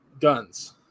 guns